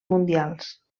mundials